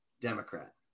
democrat